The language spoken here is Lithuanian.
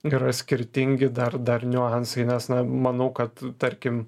yra skirtingi dar dar niuansai nes na manau kad tarkim